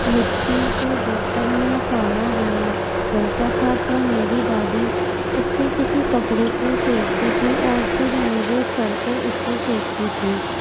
مٹی کے برتن میں کھانا بنا بنتا تھا تو میری دادی اسے کسی کپڑے کو سینکتی تھی اور پھر میرے سر کو اس سے سینکتی تھی